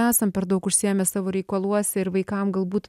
esam per daug užsiėmę savo reikaluose ir vaikam galbūt